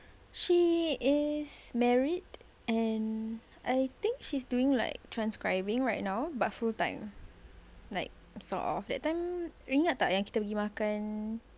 she is married and I think she's doing like transcribing right now but full time like sort of that time ingat tak yang kita pergi makan